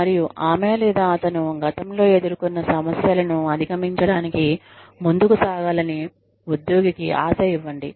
మరియు ఆమె లేదా అతను గతంలో ఎదుర్కొన్న సమస్యలను అధిగమించడానికి ముందుకు సాగాలని ఉద్యోగికి ఆశ ఇవ్వండి